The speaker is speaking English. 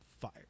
fire